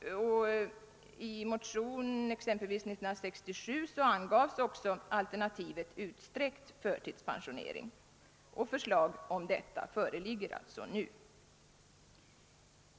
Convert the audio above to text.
I motion, exempelvis 1967, angavs också alternativet utsträckt förtidspensionering. Förslag om detta föreligger alltså nu.